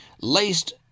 laced